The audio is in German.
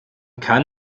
kann